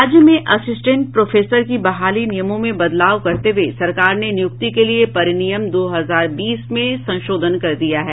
राज्य में assistant professor की बहाली नियमों में बदलाव करते हुये सरकार ने नियुक्ति के लिये परिनियम दो हजार बीस में संशोधन कर दिया है